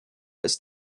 ist